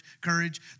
courage